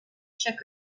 shook